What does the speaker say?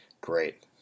Great